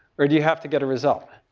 or do you have to get a result.